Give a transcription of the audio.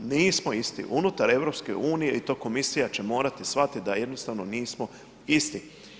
Nismo isti unutar EU i to komisija će morati shvatiti da jednostavno nismo isti.